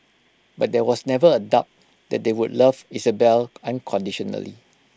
but there was never A doubt that they would love Isabelle unconditionally